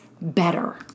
better